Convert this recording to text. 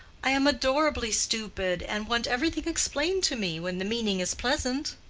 i am adorably stupid, and want everything explained to me when the meaning is pleasant.